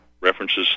references